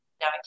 now